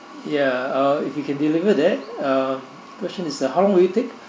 ya uh if you can deliver that uh question is uh how long will it take